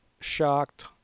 shocked